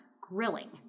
grilling